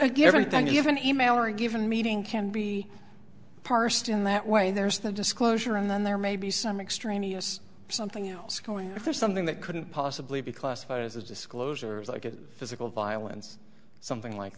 everything you have an e mail or a given meeting can be parsed in that way there's the disclosure and then there may be some extraneous something else going on if there's something that couldn't possibly be classified as a disclosure like a physical violence something like